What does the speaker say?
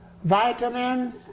vitamins